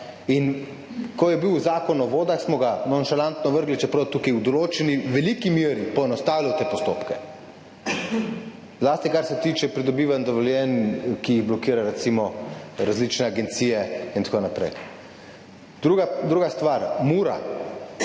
In ko je bil Zakon o vodah, smo ga nonšalantno vrgli, čeprav tukaj v veliki meri poenostavljate postopke, zlasti kar se tiče pridobivanja dovoljenj, ki jih blokirajo recimo različne agencije in tako naprej. Druga stvar, Mura,